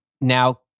Now